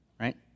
right